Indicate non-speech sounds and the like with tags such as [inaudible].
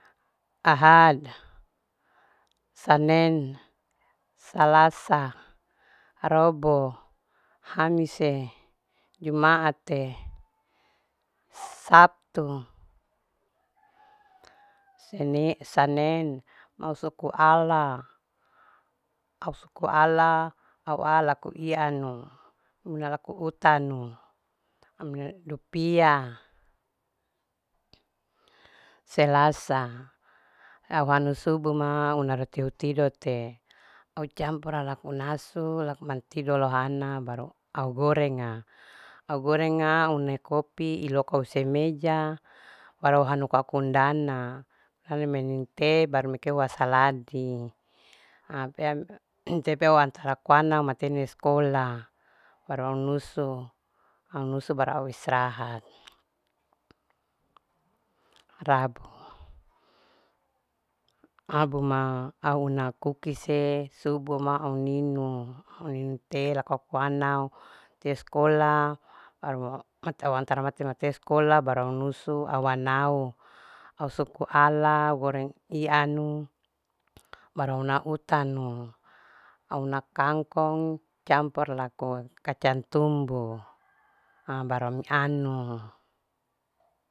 Ahad sanen salasa robo hamise jumaate sabtu [noise] senin, mau suku ala, ausuku ala auala laku ianu una laku utanu amie dupia selasa au anu subuh ma una roti hutido te au campur alaku nasu laku mantido lohana baru au gorenga, au gorenga une kopi iloko usemeja baru uhanu kua kundana baru minum te baru mikeua wasaladi [hesitation] tepeo antar laku ana matene skola baru au nusu. au nusu baru au istirahat rabu. rabu ma au una kukise subu ma auninu auninu te lakoana te skola baru mate [unintelligible] sekolah baru aunusu. au wanao, au suku ala goreng ianu baru una utanu. auna kangkong campur laku kacang tumbu [noise] [hesitation] baru ami anu.